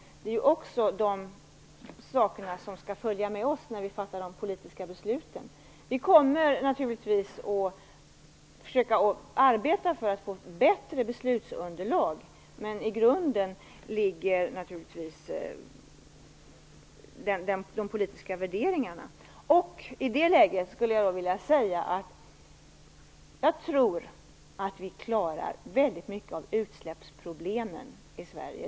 Det är också någonting som skall följa med oss när vi fattar de politiska besluten. Vi kommer naturligtvis att försöka arbeta för att få ett bättre beslutsunderlag, men i grunden ligger de politiska värderingarna. Jag tror att vi klarar väldigt mycket av utsläppsproblemen i Sverige.